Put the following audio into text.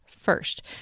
First